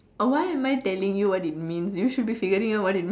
why am I telling you what it means you should be figuring out what it means